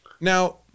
Now